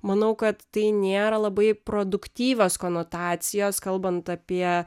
manau kad tai nėra labai produktyvios konotacijos kalbant apie